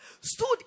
stood